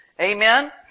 Amen